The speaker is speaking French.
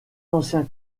ancien